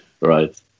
right